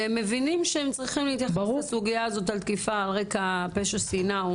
שהם מבינים שהם צריכים להתייחס לסוגיה הזו כתקיפה על רקע פשע שנאה,